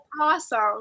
awesome